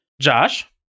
Josh